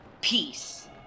Peace